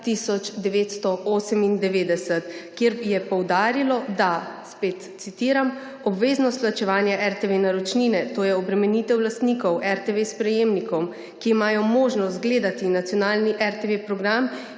1998, kjer je poudarilo, spet citiram: »Obveznost plačevanja RTV naročnine, to je obremenitev lastnikov RTV sprejemnikov, ki imajo možnost gledati nacionalni RTV program,